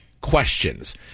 questions